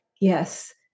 yes